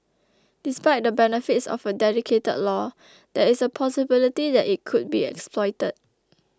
despite the benefits of a dedicated law there is a possibility that it could be exploited